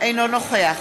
אינו נוכח